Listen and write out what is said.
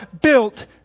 built